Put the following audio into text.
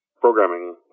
programming